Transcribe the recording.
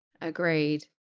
Agreed